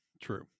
True